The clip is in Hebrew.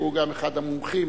שהוא גם אחד המומחים